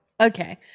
Okay